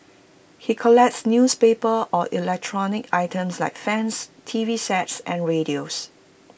he collects newspapers or electronic items like fans T V sets and radios